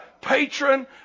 patron